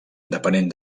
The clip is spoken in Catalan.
depenent